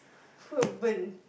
poo burn